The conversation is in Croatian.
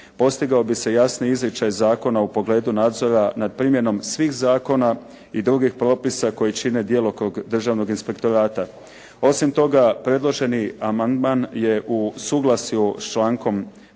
postigao bi se jasni izričaj zakona u pogledu nadzora nad primjenom svih zakona i drugih propisa koji čine djelokrug Državnog inspektorata. Osim toga predloženi amandman je u suglasju s člankom 1. Zakona